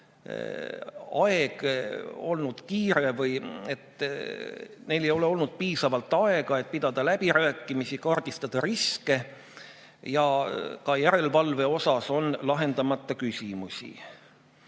on olnud kiire või neil ei ole olnud piisavalt aega, et pidada läbirääkimisi ja kaardistada riske ning ka järelevalve osas on lahendamata küsimusi.